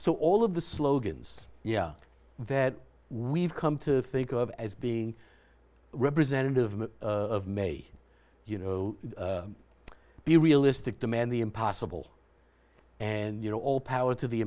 so all of the slogans yeah that we've come to think of as being representative of may you know be realistic demand the impossible and you know all power to the